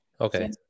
Okay